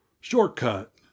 Shortcut